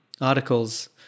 articles